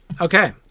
okay